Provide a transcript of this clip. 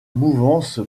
mouvance